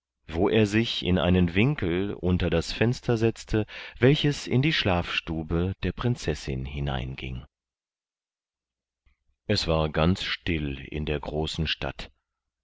wo er sich in einen winkel unter das fenster setzte welches in die schlafstube der prinzessin hineinging es war ganz still in der großen stadt